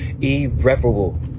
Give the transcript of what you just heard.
Irreparable